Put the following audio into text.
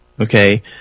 okay